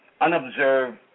unobserved